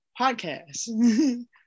podcast